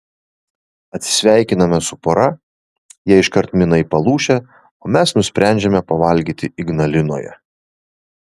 atsisveikiname su pora jie iškart mina į palūšę o mes nusprendžiame pavalgyti ignalinoje